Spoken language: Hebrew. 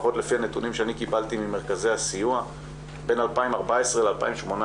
לפחות לפי הנתונים שקיבלתי ממרכזי הסיוע בין 2014-2018,